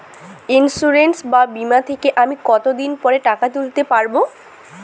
Insurance বা বিমা থেকে আমি কত দিন পরে টাকা তুলতে পারব?